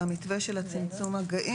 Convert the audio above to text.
הוא צריך להצטרף לקבוצה חדשה,